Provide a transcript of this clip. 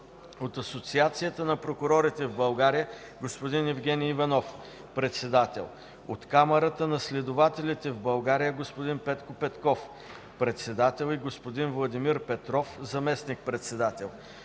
от Асоциацията на прокурорите в България: господин Евгени Иванов – председател; от Камарата на следователите в България: господин Петко Петков – председател, и господин Владимир Петров – заместник-председател;